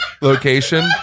location